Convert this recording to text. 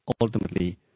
ultimately